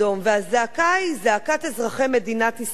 והזעקה היא זעקת אזרחי מדינת ישראל